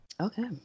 Okay